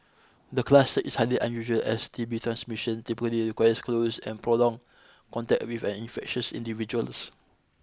the class is highly unusual as T B transmission typically requires close and prolonged contact with an infectious individual